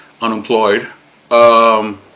unemployed